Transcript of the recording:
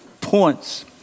points